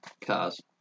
Cars